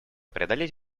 преодолеть